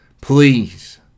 Please